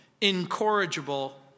incorrigible